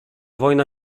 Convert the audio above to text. wojna